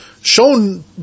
shown